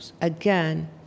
again